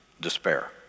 Despair